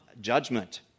judgment